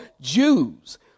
Jews